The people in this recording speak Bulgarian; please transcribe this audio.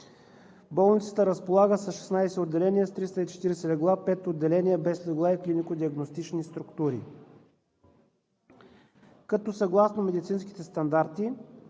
болницата разполага със 16 отделения с 340 легла, пет отделения без легла и клинико-диагностични структури, като съгласно медицинските стандарти